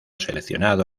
seleccionado